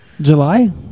July